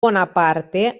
bonaparte